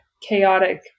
chaotic